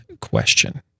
question